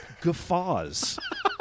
guffaws